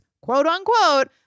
quote-unquote